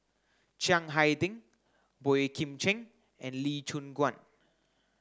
Chiang Hai Ding Boey Kim Cheng and Lee Choon Guan